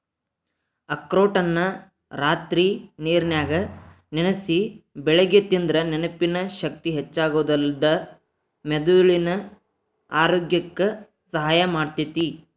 ಅಖ್ರೋಟನ್ನ ರಾತ್ರಿ ನೇರನ್ಯಾಗ ನೆನಸಿ ಬೆಳಿಗ್ಗೆ ತಿಂದ್ರ ನೆನಪಿನ ಶಕ್ತಿ ಹೆಚ್ಚಾಗೋದಲ್ದ ಮೆದುಳಿನ ಆರೋಗ್ಯಕ್ಕ ಸಹಾಯ ಮಾಡ್ತೇತಿ